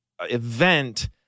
event